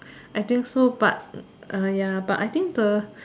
I think so but uh ya but I think the